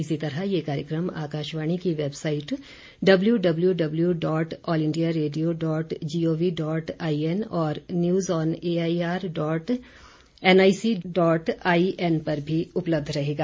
इसी तरह यह कार्यक्रम आकाशवाणी की website W W dot all India radio dot G O V dot I N और news on A I R dot N I C dot I N पर भी उपलब्ध रहेगा